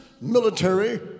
military